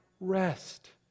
rest